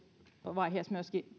vaiheessa myöskin